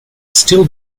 still